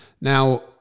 Now